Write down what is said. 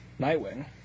Nightwing